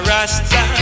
Rasta